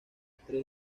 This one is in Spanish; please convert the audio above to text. tres